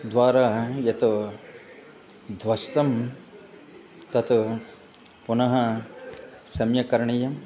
द्वारा यत् ध्वस्तं तत् पुनः सम्यक् करणीयम्